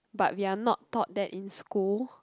but we're not taught that in school